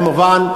כמובן,